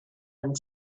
and